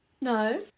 No